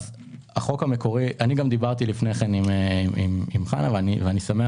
דיברתי לפני כן עם חנה רותם ואני שמח